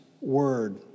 word